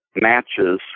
Matches